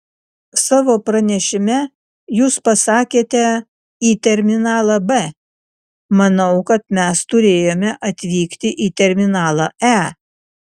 savo pranešime jūs pasakėte į terminalą b manau kad mes turėjome atvykti į terminalą e